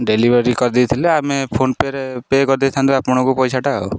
delivery କରିଦେଇଥିଲେ ଆମେ phone ପେରେ ପେ କରିଦେଇଥାନ୍ତୁ ଆପଣଙ୍କୁ ପଇସାଟା ଆଉ